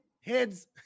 heads